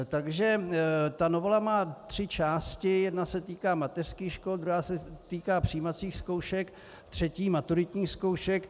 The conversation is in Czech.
Takže ta novela má tři části, jedna se týká mateřských škol, druhá se týká přijímacích zkoušek, třetí maturitních zkoušek.